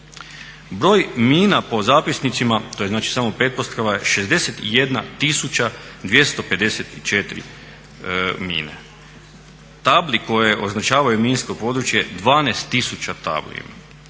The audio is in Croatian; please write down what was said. Broj mina po zapisnicima, to je znači samo pretpostavka, 61 254 mine. Table koje označavaju minsko područje 12 000 ima.